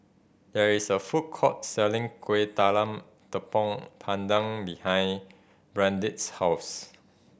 there is a food court selling Kuih Talam Tepong Pandan behind Brandin's house